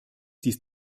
dies